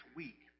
week